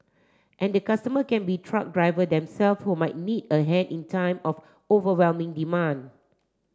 and the customer can be truck driver them self who might need a hand in time of overwhelming demand